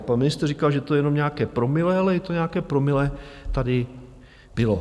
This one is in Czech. Pan ministr říkal, že to je jenom nějaké promile, ale i to nějaké promile tady bylo.